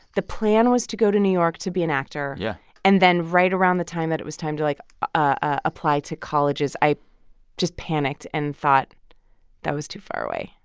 the plan was to go to new york to be an actor yeah and then right around the time that it was time to, like, ah apply to colleges, i just panicked and thought that was too far away.